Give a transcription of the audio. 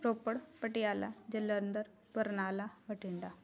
Ropar Patiala Jalandhar Barnala Bathinda